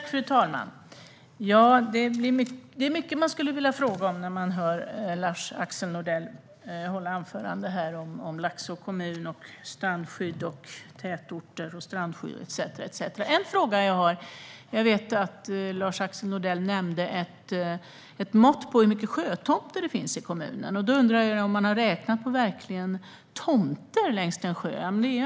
Fru talman! Det är mycket man skulle vilja fråga om när man hör LarsAxel Nordell hålla anförande om Laxå kommun, strandskydd, tätorter etcetera. En fråga jag har är denna. Lars-Axel Nordell nämnde ett mått på hur mycket sjötomt det finns i kommunen. Då undrar jag om han verkligen har räknat på tomter längs en sjö.